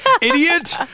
idiot